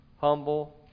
humble